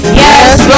yes